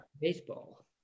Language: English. baseball